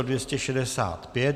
265.